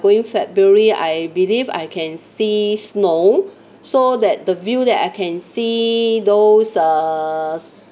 going february I believe I can see snow so that the view that I can see those err